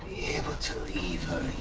able to leave